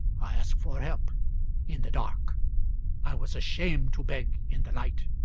i asked for help in the dark i was ashamed to beg in the light.